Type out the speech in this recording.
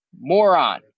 moron